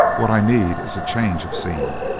what i need is a change of scene.